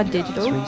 Digital